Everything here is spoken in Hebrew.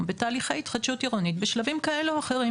בתהליכי התחדשות עירונית בשלבים כאלה או אחרים,